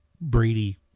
brady